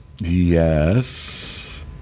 Yes